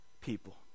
people